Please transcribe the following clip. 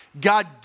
God